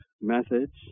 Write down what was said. methods